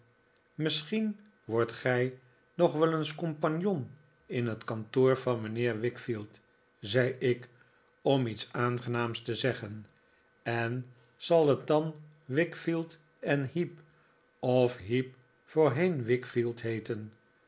misschien wordt gij nog wel eens compagnon in het kantoor van mijnheer wickfield zei ik om iets aangenaams te zeggen en zal bet dan wickfield en heep of heep voorheen wickfield heeten